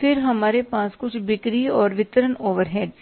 फिर हमारे पास कुछ बिक्री और वितरण ओवरहेड है